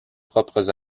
propres